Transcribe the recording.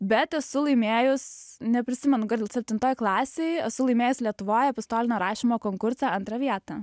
bet esu laimėjus neprisimenu gal septintoj klasėj esu laimėjus lietuvoj epistolinio rašymo konkurse antrą vietą